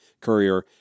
Courier